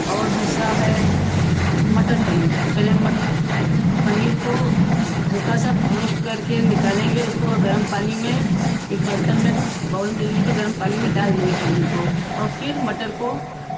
औ दूसरा है मटर पनीर पहले मट पनीर को हल्का सा रोष्ट करके निकालेंगे उसको गर्म पानी में एक बर्तन में बाउल में लेके गर्म पानी में डाल देंगे पनीर को और फिर मटर को